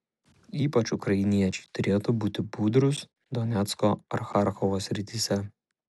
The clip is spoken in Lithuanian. ypač ukrainiečiai turėtų būti budrūs donecko ar charkovo srityse